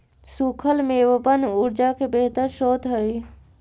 सूखल मेवबन ऊर्जा के बेहतर स्रोत हई